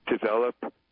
develop